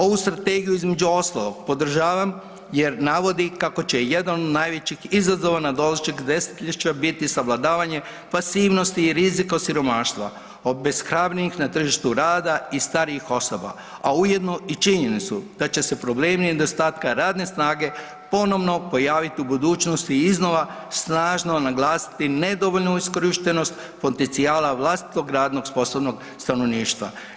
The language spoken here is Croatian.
Ovu strategiju između ostalog podržavam jer navodi kako će jedan od najvećih izazova nadolazećeg desetljeća biti savladavanje pasivnosti i rizika od siromaštva, obeshrabrenih na tržištu rada i starijih osoba a ujedno i činjenicu da će se problemi nedostatka radne snage ponovno pojaviti u budućnosti iznova snažno naglasiti nedovoljnu iskorištenost potencijala vlastitog radnog sposobnog stanovništva.